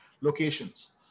Locations